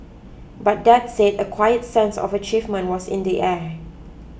but that said a quiet sense of achievement was in the air